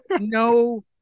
No